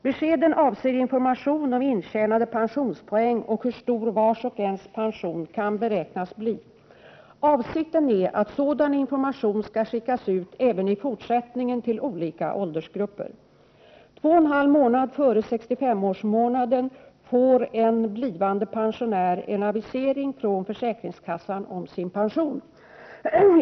Beskeden avser information om intjänade pensionspoäng och hur stor vars och ens pension kan beräknas bli. Avsikten är att sådan information skall skickas ut även i fortsättningen till olika åldersgrupper. Två och en halv månad före den månad en blivande pensionär fyller 65 år får han eller hon en avisering från försäkringskassan om sin pension.